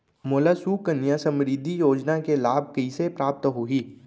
मोला सुकन्या समृद्धि योजना के लाभ कइसे प्राप्त होही?